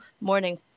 morning